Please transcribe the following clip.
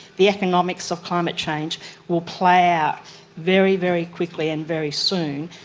the economics of climate change will play out very, very quickly and very soon,